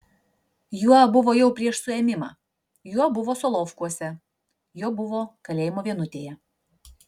juo buvo jau prieš suėmimą juo buvo solovkuose juo buvo kalėjimo vienutėje